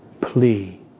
plea